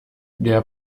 der